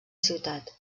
ciutat